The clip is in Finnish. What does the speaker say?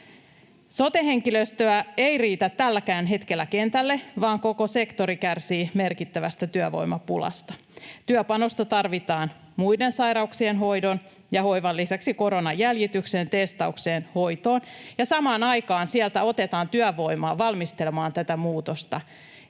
Sote-henkilöstöä ei riitä tälläkään hetkellä kentälle, vaan koko sektori kärsii merkittävästä työvoimapulasta. Työpanosta tarvitaan muiden sairauksien hoidon ja hoivan lisäksi koronajäljitykseen, -testaukseen ja -hoitoon, ja samaan aikaan sieltä otetaan työvoimaa valmistelemaan tätä muutosta.